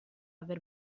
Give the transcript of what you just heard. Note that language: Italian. aver